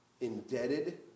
indebted